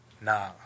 Nah